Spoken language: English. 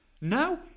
No